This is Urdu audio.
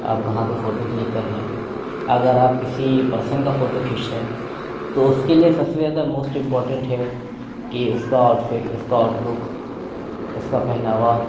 آپ کہاں پہ فوٹو کلک کر رہے ہیں اگر آپ کسی پرسن کا فوٹو کھینچتے ہیں تو اس کے لیے سب سے زیادہ موسٹ امپورٹینٹ ہے كہ اس كا آؤٹ فٹ اس کا آؤٹ لک اس كا پہناوا